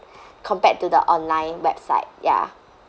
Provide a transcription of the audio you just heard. compared to the online website ya